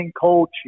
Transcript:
coach